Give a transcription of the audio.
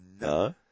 no